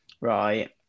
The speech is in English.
right